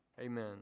Amen